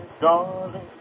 darling